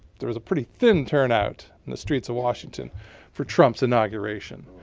there was a pretty thin turnout in the streets of washington for trump's inauguration.